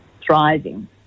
thriving